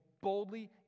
boldly